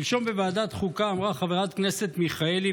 שלשום בוועדת החוקה אמרה חברת כנסת מיכאלי,